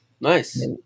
Nice